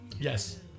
Yes